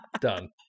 Done